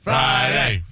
Friday